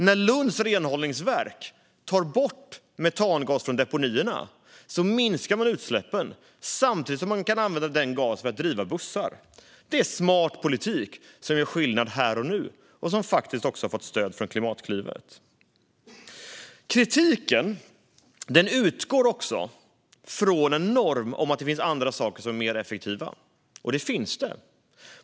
När Lunds renhållningsverk tar bort metangas från deponierna minskar man utsläppen, samtidigt som man kan använda den gasen för att driva bussar. Det är smart politik som gör skillnad här och nu, och som faktiskt också har fått stöd från Klimatklivet. Kritiken utgår också från normen att det finns andra saker som är mer effektiva, och det gör det.